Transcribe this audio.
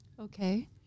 Okay